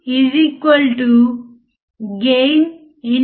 కాబట్టి స్పీకర్ మాట్లాడుతున్నప్పుడు అతను మైక్రోఫోన్ ఉపయోగిస్తున్నాడు